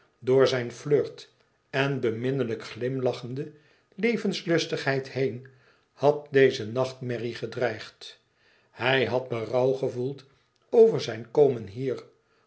door zijn flirt en beminnelijk glimlachende levensluchtigheid heen had deze nachtmerrie gedreigd hij had berouw gevoeld over zijn komen hier